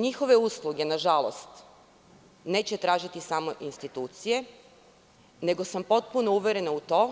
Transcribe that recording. Njihove usluge, nažalost, neće tražiti samo institucije, nego sam potpuno uverena u to